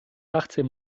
achtzehn